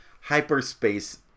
Hyperspace